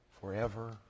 forever